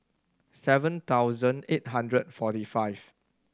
seven thousand eight hundred forty five